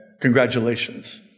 Congratulations